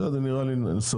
בסדר, נראה לי סביר.